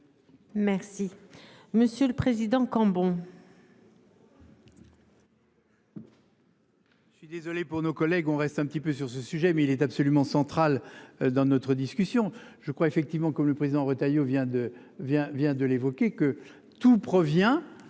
Merci. Monsieur le Président Cambon.